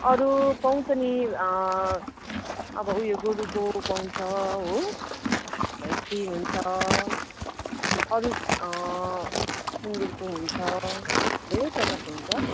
अरू पाउँछ नि अब उयो गोरुको पाउँछ हो भैँसी हुन्छ अरू सुँगुरको हुन्छ धेरै प्रकारको हुन्छ